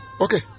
Okay